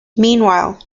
meanwhile